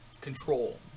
Control